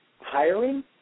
hiring